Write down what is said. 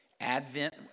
Advent